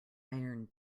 iron